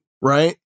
Right